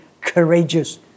courageous